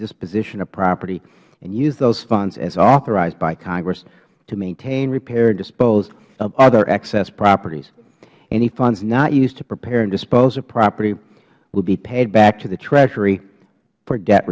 disposition of property and use those funds as authorized by congress to maintain repair and dispose of other excess properties any funds not used to repair and dispose of property will be paid back to the treasury for